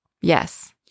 yes